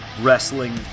Wrestling